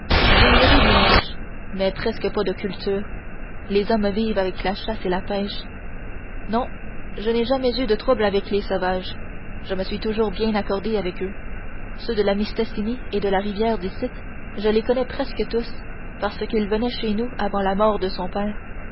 oui il y a des villages mais presque pas de cultures les hommes vivent avec la chasse et la pêche non je n'ai jamais eu de trouble avec les sauvages je me suis toujours bien accordé avec eux ceux de la mistassini et de la rivière d'icitte je les connais presque tous parce qu'ils venaient chez nous avant la mort de mon père